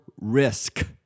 risk